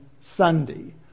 Sunday